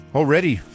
Already